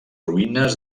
ruïnes